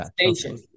station